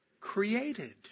Created